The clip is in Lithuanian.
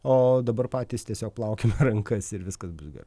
o dabar patys tiesiog plaukime rankas ir viskas bus ge